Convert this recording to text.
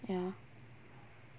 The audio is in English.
ya